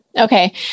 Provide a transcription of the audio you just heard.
Okay